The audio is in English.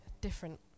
different